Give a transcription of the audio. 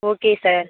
okay sir